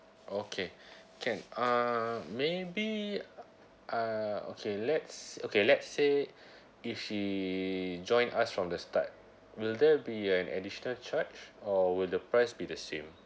okay can uh maybe uh okay let's okay let's say if she join us from the start will there be an additional charge or will the price be the same